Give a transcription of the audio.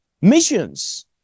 missions